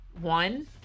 one